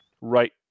right